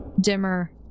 Dimmer